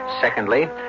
Secondly